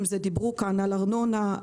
דיברו כאן על ארנונה,